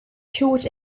short